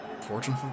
fortune